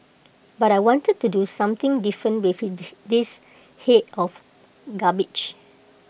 but I wanted to do something different with this Head of cabbage